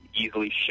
easily